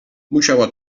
musiała